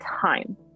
time